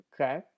Okay